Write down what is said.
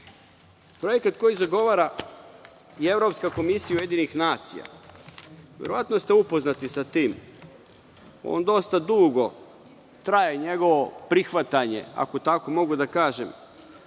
Projekat koji zagovara i Evropska komisija UN. Verovatno ste upoznati sa tim. On dosta dugo traje, njegovo prihvatanje, ako tako mogu da kažem.